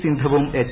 സിന്ധുവും എച്ച്